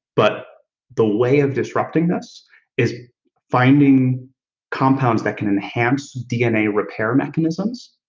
but the way of disrupting this is finding compounds that can enhance dna repair mechanisms